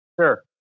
sure